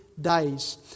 days